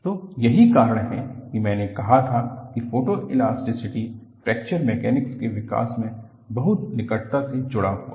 तो यही कारण है कि मैंने कहा था कि फोटोइलास्टिसिटी फ्रैक्चर मैकेनिक्स के विकास से बहुत निकटता से जुड़ा हुआ है